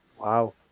Wow